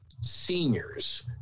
seniors